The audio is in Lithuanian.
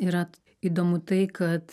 yra įdomu tai kad